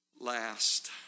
Last